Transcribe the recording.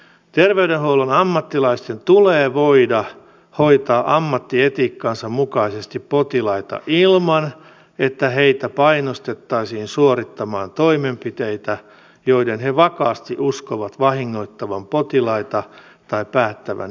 terveydenhuollon ammattilaisten tulee voida hoitaa ammattietiikkansa mukaisesti potilaita ilman että heitä painostettaisiin suorittamaan toimenpiteitä joiden he vakaasti uskovat vahingoittavan potilaita tai päättävän ihmiselämän